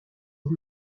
aux